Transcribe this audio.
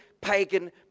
pagan